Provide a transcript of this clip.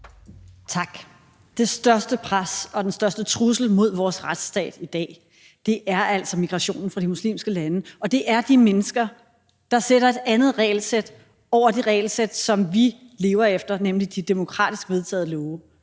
Tak. Det største pres og den største trussel mod vores retsstat i dag er altså migrationen fra de muslimske lande, og det er de mennesker, der sætter et andet regelsæt over det regelsæt, som vi lever efter, nemlig de demokratisk vedtagne love.